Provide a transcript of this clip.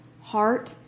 heart